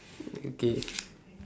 okay